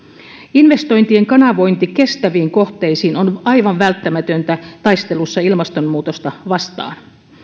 investointien kanavointi kestäviin kohteisiin on aivan välttämätöntä taistelussa ilmastonmuutosta vastaan